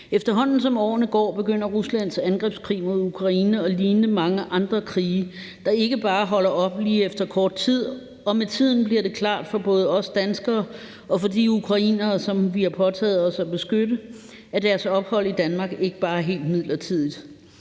Efterhånden som årene går, begynder Ruslands angrebskrig mod Ukraine at ligne mange andre krige, der ikke bare lige holder op efter kort tid, og med tiden bliver det klart for både os danskere og for de ukrainere, som vi har påtaget os at beskytte, at deres ophold i Danmark ikke bare er helt midlertidigt.